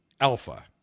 alpha